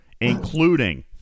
including